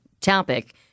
topic